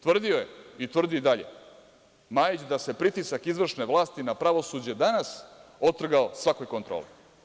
Tvrdio je i tvrdi i dalje Majić da se pritisak izvršne vlasti na pravosuđe danas otrgao svakoj kontroli.